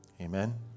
Amen